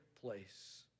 place